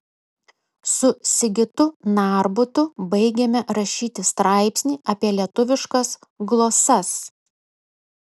su sigitu narbutu baigėme rašyti straipsnį apie lietuviškas glosas